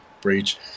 Breach